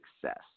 success